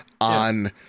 on